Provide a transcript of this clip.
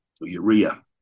urea